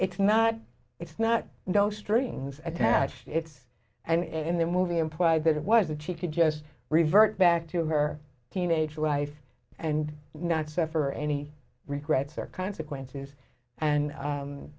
it's not it's not no strings attached it's and in the movie implied that it was the chief who just revert back to her teenage life and not suffer any regrets or consequences and